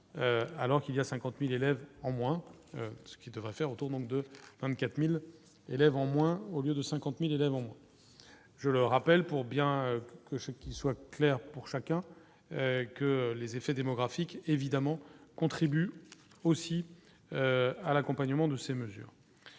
alors qu'il y a 50000 élèves en moins, ce qui devrait faire honte au manque de 24000 élèves en moins, au lieu de 50000 élèves ont je le rappelle, pour bien que ce qu'il soit clair pour chacun que les effets démographiques évidemment contribue aussi à l'accompagnement de ces mesures,